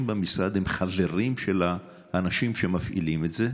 במשרד הם חברים של האנשים שמפעילים את זה?